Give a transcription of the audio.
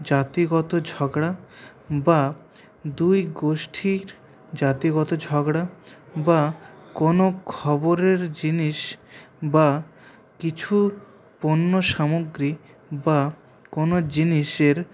জাতিগত ঝগড়া বা দুই গোষ্ঠীর জাতিগত ঝগড়া বা কোন খবরের জিনিস বা কিছু পণ্য সামগ্রী বা কোন জিনিসের